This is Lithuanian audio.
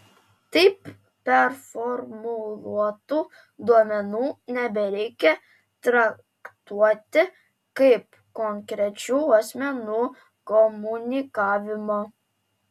taip performuluotų duomenų nebereikia traktuoti kaip konkrečių asmenų komunikavimo